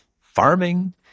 farming